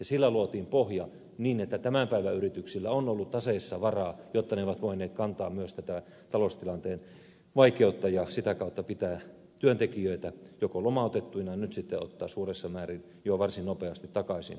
niillä luotiin pohja niin että tämän päivän yrityksillä on ollut taseissa varaa jotta ne ovat voineet kantaa myös tätä taloustilanteen vaikeutta ja sitä kautta pitää työntekijöitä lomautettuina ja nyt sitten ottaa suuressa määrin jo varsin nopeasti takaisin